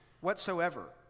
whatsoever